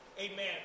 amen